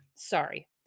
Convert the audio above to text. Sorry